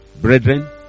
Brethren